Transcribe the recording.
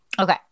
Okay